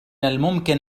الممكن